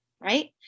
right